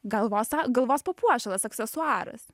galvos a galvos papuošalas aksesuaras